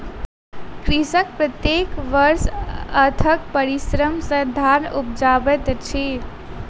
कृषक प्रत्येक वर्ष अथक परिश्रम सॅ धान उपजाबैत अछि